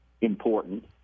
important